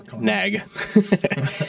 nag